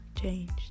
changed